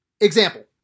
Example